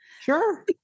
Sure